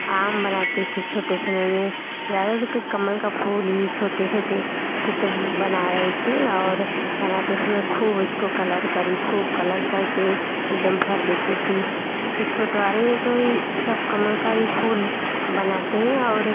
आम बनाती थी छोटे समय में ज़्यादातर के कमल का फूल ही छोटे छोटे थे तो बना रही थी और बनाते समय खूब उसको कलर करी खूब कलर करके एकदम भर देती थी छोटवारे में तो वो ही सब कमल का ही फूल बनाते हैं और